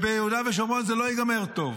ביהודה ושומרון זה לא ייגמר טוב.